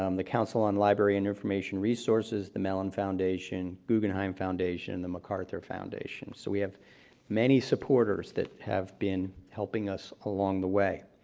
um the council on library and information resources, the mellon foundation, guggenheim foundation, the macarthur foundation. so we have many supporters that have been helping us along the way.